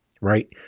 Right